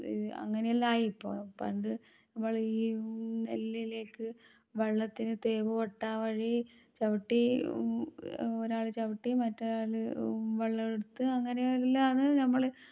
അങ്ങനെ എല്ലാം ആയി ഇപ്പോൾ പണ്ട് നമ്മൾ ഈ നെല്ലിലേക്ക് വെള്ളത്തിനു തേവുകോട്ട വഴി ചവിട്ടി ഒരാൾ ചവിട്ടി മറ്റൊരാൾ വെള്ളമെടുത്തു അങ്ങനെ എല്ലാം ആണ് നമ്മൾ